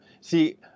see